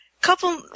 couple